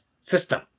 system